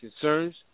concerns